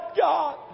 God